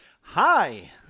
Hi